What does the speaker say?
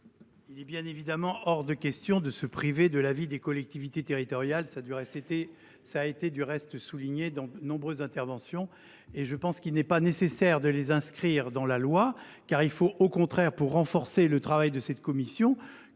Il est bien évidemment hors de question de se priver de l’avis des collectivités territoriales, comme cela a été souligné dans de nombreuses interventions. Pour autant, il ne me semble pas nécessaire de les mentionner dans la loi, car il faut au contraire, pour renforcer le travail de la commission